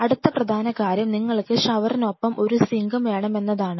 അടുത്ത പ്രധാന കാര്യം നിങ്ങൾക്ക് ഷവറിനൊപ്പം ഒരു സിങ്കും വേണമെന്നതാണ്